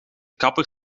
kapper